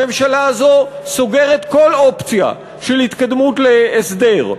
הממשלה הזאת סוגרת כל אופציה של התקדמות להסדר,